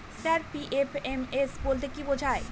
Sir PFMS বলতে কি বোঝায়?